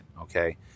Okay